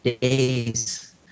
days